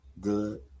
good